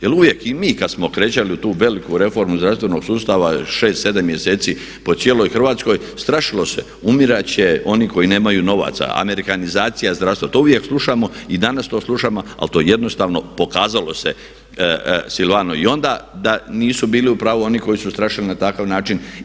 Jer uvijek i mi kada smo kretali u tu veliku reformu zdravstvenog sustava 6, 7 mjeseci po cijeloj Hrvatskoj strašilo se, umirati će oni koji nemaju novaca, amerikanizacija zdravstva, to uvijek slušamo i danas to slušamo ali to jednostavno, pokazalo se Silvano i onda da nisu bili u pravu oni koji su strašili na takav način.